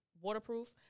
waterproof